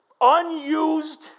unused